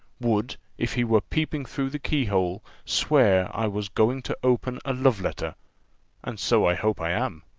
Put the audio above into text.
would, if he were peeping through the keyhole, swear i was going to open a love-letter and so i hope i am.